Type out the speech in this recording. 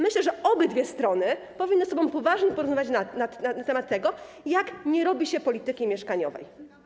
Myślę że obydwie strony powinny ze sobą poważnie porozmawiać na temat tego, jak nie robi się polityki mieszkaniowej.